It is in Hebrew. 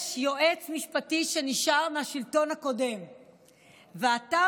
"יש יועץ משפטי שנשאר מהשלטון הקודם ואתה